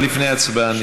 אבל לפני ההצבעה,